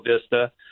vista